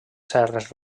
serres